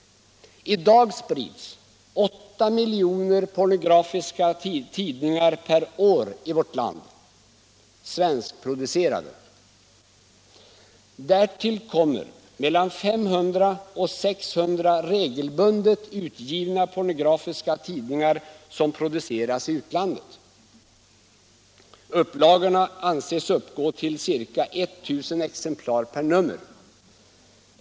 I dag sprids 8 miljoner pornografiska tidningar per år i vårt land — svenskproducerade. Därtill kommer mellan 500 och 600 regelbundet utgivna pornografiska tidningar som producerats i utlandet. Upplagorna anses uppgå till ca I 000 exemplar per nummer.